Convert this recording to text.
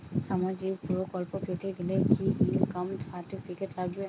সামাজীক প্রকল্প পেতে গেলে কি ইনকাম সার্টিফিকেট লাগবে?